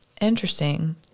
Interesting